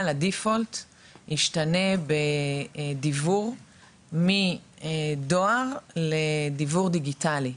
תשתנה בדיוור מדואר לדיוור דיגיטלי.